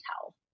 tell